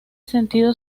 sentido